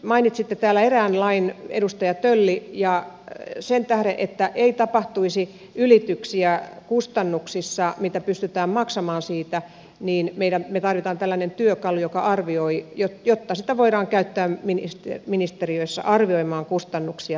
mainitsitte täällä erään lain edustaja tölli ja sen tähden että ei tapahtuisi ylityksiä kustannuksissa siinä mitä pystytään maksamaan siitä me tarvitsemme tällaisen työkalun jota voidaan käyttää ministeriöissä arvioimaan kustannuksia vielä paremmin